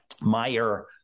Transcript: Meyer